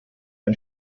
ein